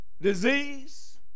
disease